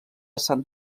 sant